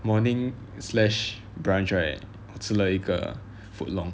morning slash brunch right 我吃了一个 foot long